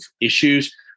issues